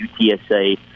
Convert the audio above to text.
UTSA